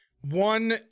one